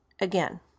again